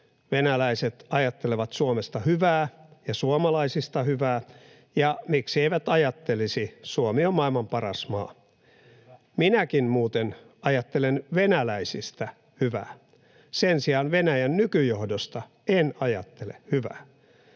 venäläiset ajattelevat Suomesta hyvää ja suomalaisista hyvää. Ja miksi eivät ajattelisi, Suomi on maailman paras maa. [Tuomas Kettunen: Kyllä!] Minäkin muuten ajattelen venäläisistä hyvää. Sen sijaan Venäjän nykyjohdosta en ajattele hyvää.